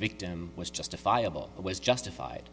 victim was justifiable was justified